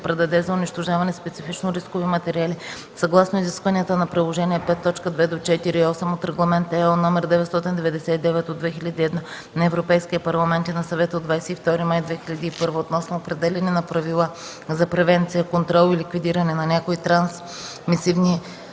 предаде за унищожаване специфично рискови материали съгласно изискванията на Приложение V, т. 2-4 и 8 от Регламент (ЕО) № 999/2001 на Европейския парламент и на Съвета от 22 май 2001 г., относно определяне на правила за превенция, контрол и ликвидиране на някои трансмисивни